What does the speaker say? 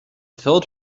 filled